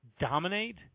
dominate